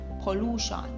pollution